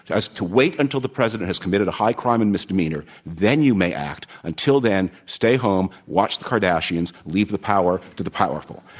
to wait until the president has committed a high crime and misdemeanor. then you may act. until then, stay home, watch the kardashians, leave the power to the powerful.